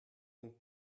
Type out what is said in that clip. donc